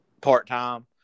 part-time